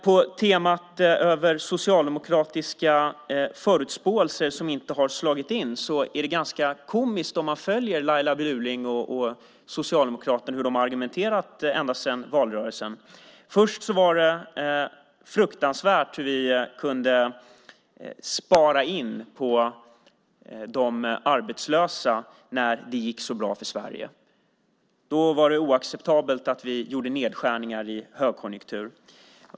På temat över socialdemokratiska förutsägelser som inte har slagit in är det ganska komiskt att följa hur Laila Bjurling och Socialdemokraterna har argumenterat ända sedan valrörelsen. Först var det fruktansvärt hur vi kunde spara in på de arbetslösa när det gick så bra för Sverige. Då var det oacceptabelt att vi gjorde nedskärningar i en högkonjunktur.